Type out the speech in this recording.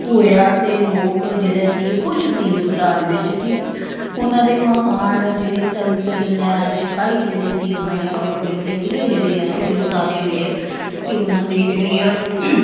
ਹੋਇਆ ਅਤੇ ਲੋਕ ਜਿਹੜੇ ਸੀ ਖੁਸ਼ ਸੀ ਉਸ ਰਾਜ ਵਿੱਚ ਠੀਕ ਉਹਨਾਂ ਦੇ ਮਹਾਨ ਜਿਹੜੇ ਸੰਤ ਜਰਨੈਲ ਸਿਪਾਹੀ ਜਿਹੜੇ ਸੀ ਉਹਨਾਂ ਨੇ ਆਪਣੇ ਵੱਡੇ ਵੱਡੇ ਕਿਲ੍ਹੇ ਜਿਹੜੇ ਆ ਇੱਥੇ ਉਸਾਰੇ ਹੋਏ ਆ ਅਤੇ ਉਹਨਾਂ ਦੀ ਜਿਹੜੀ ਆ